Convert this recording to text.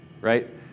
right